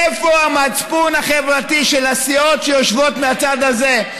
איפה המצפון החברתי של הסיעות שיושבות בצד הזה?